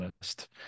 list